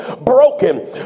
broken